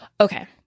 Okay